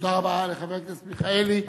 תודה רבה לחבר הכנסת מיכאלי.